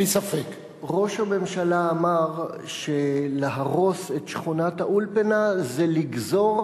ראש הממשלה אמר שלהרוס את שכונת-האולפנה זה לגזור